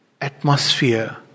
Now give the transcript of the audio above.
atmosphere